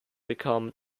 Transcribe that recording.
become